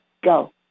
Go